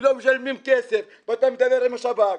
לא משלמים כסף ואתה מדבר עם השב"כ,